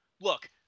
Look